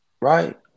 right